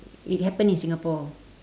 it happened in Singapore